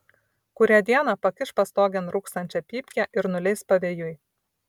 kurią dieną pakiš pastogėn rūkstančią pypkę ir nuleis pavėjui